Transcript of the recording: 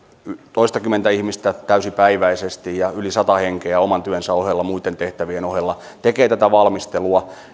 toistakymmentä ihmistä täysipäiväisesti ja yli sata henkeä oman työnsä ohella muitten tehtävien ohella tekee tätä valmistelua